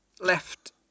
left